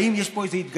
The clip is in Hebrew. האם יש פה התגייסות